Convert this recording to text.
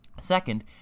Second